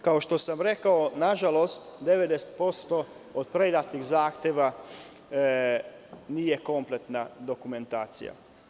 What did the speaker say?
Kao što sam rekao, nažalost, 90% od predatih zahteva nije kompletna dokumentacija.